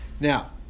Now